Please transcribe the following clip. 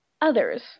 others